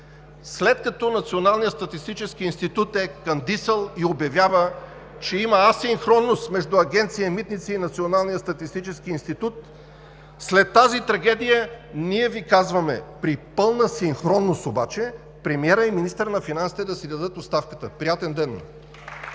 след като Националният статистически институт е кандисал и обявява, че има асинхронност между Агенция „Митници“ и Националния статистически институт, след тази трагедия ние Ви казваме при пълна синхронност обаче: премиерът и министърът на финансите да си дадат оставката! Приятен ден!